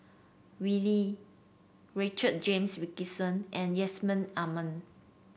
Wee Lin Richard James Wilkinson and Yusman Aman